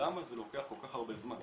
למה זה לוקח כל כך הרבה זמן,